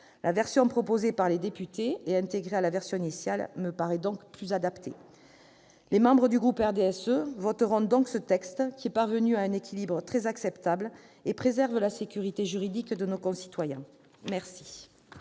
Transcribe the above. La version proposée par les députés et intégrée dans le texte me paraît donc plus adaptée. Les membres du groupe du RDSE voteront donc ce texte, qui constitue un équilibre très acceptable et préserve la sécurité juridique de nos concitoyens. La